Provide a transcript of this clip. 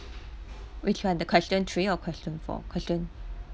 which one the question three or question four question